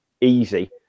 easy